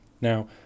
Now